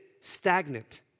stagnant